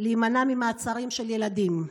להימנע ממעצרים של ילדים.